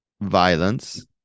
violence